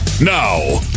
Now